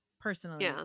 personally